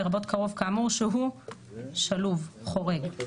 לרבות קרוב כאמור שהוא שלוב [חורג];